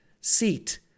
seat